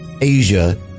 Asia